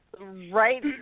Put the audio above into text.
Right